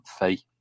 fee